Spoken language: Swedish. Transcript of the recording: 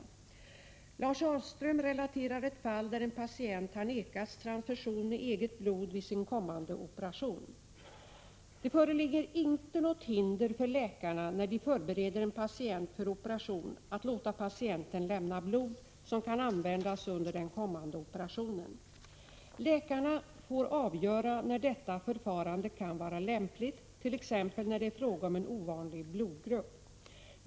7 Lars Ahlström relaterar ett fall där en patient har nekats transfusion med eget blod vid sin kommande operation. Det föreligger inte något hinder för läkarna när de förbereder en patient för operation att låta patienten lämna blod, som kan användas under den kommande operationen. Läkarna får avgöra när detta förfarande kan vara lämpligt, t.ex. när det är fråga om en ovanlig blodgrupp.